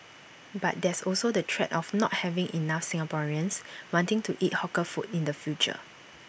but there's also the threat of not having enough Singaporeans wanting to eat hawker food in the future